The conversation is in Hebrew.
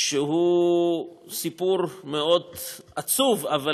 שהוא סיפור מאוד עצוב, אבל